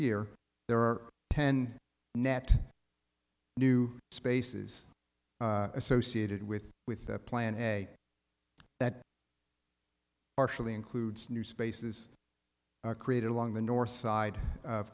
year there are ten net new spaces associated with with the plan a that partially includes new spaces created along the north side of